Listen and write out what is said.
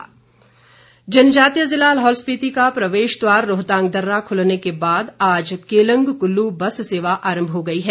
रोहतांग जनजातीय जिला लाहौल स्पीति का प्रवेश द्वार रोहतांग दर्रा खुलने के बाद आज केलंग कुल्लू बस सेवा आरंभ हो गई है